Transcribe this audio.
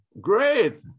Great